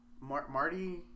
Marty